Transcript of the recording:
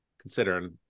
considering